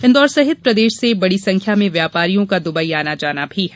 इंदौर सहित प्रदेश से बड़ी संख्या में व्यापारियों का दुबई आना जाना भी है